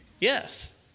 yes